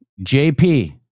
JP